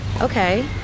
okay